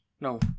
No